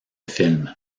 film